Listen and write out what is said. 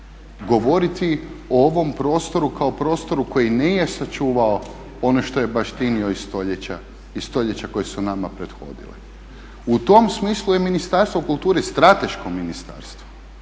govoriti o ovom prostoru kao prostoru koji nije sačuvao ono što je baštinio iz stoljeća koja su nama prethodila. U tom smislu je Ministarstvo kulture strateško ministarstvo.